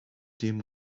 dem